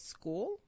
school